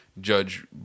judge